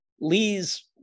Lee's